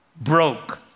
broke